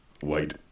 white